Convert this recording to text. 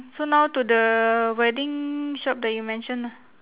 so now to the wedding shop that you mentioned ah